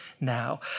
now